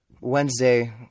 Wednesday